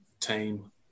team